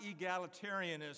egalitarianism